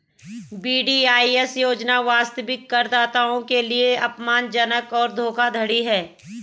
VDIS योजना वास्तविक करदाताओं के लिए अपमानजनक और धोखाधड़ी है